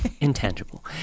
intangible